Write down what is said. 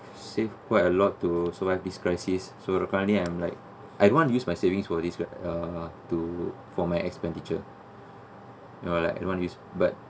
save quite a lot to survive this crisis so the currently I'm like I won't use my savings for this uh to for my expenditures you know like I want use but